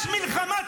יש מלחמה.